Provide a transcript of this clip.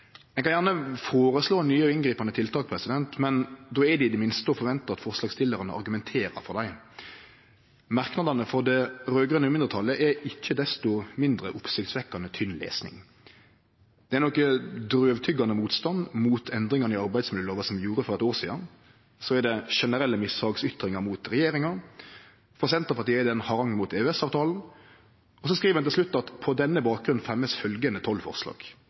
Ein kan gjerne føreslå nye og inngripande tiltak, men då er det i det minste å forvente at forslagsstillarane argumenterer for dei. Merknadene frå det raud-grøne mindretalet er ikkje desto mindre oppsiktsvekkjande tynn lesing. Det er noko drøvtyggjande motstand mot endringane i arbeidsmiljølova som vi gjorde for eit år sidan, så er det generelle mishagsytringar mot regjeringa, frå Senterpartiet er det ein harang mot EØS-avtalen, og så skriv ein til slutt at ein på denne bakgrunnen fremjar dei tolv